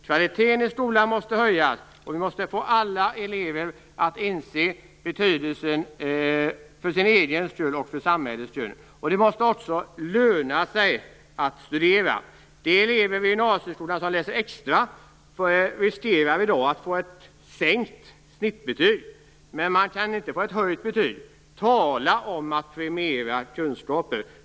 Kvaliteten i skolan måste höjas, och alla elever måste inse vilken betydelse utbildningen har för deras egen skull och för samhällets skull. Det måste också löna sig att studera. De elever vid gymnasieskolan som läser extra riskerar i dag att få ett sänkt snittbetyg, men det går inte att få ett höjt betyg. Tala om att förmera kunskaper!